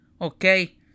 okay